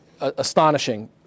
astonishing